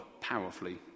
powerfully